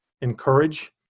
encourage